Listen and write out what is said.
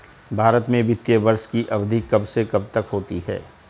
भारत में वित्तीय वर्ष की अवधि कब से कब तक होती है?